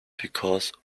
because